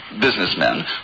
businessmen